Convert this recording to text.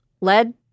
Lead